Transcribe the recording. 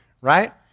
right